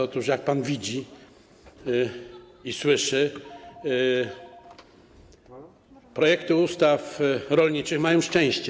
Otóż, jak pan widzi i słyszy, projekty ustaw rolniczych mają szczęście.